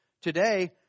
today